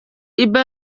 iba